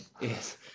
Yes